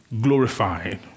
glorified